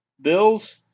Bills